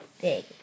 big